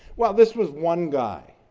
well, this was one guy